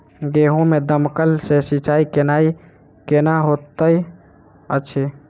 गेंहूँ मे दमकल सँ सिंचाई केनाइ केहन होइत अछि?